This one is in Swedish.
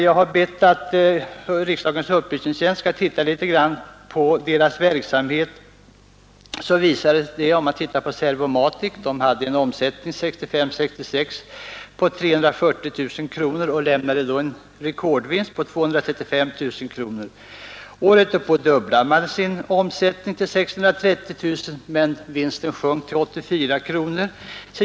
Jag har bett att riksdagens upplysningstjänst skall titta litet grand på de här företagens verksamhet, och det visar sig att Serv-O-Matic 1965/66 hade en omsättning på 340 000 kronor, och företaget lämnade då en rekordvinst på 235 682 kronor. Året därpå dubblade företaget i det närmaste sin omsättning till 630 000 kronor, men vinsten sjönk till 84 kronor.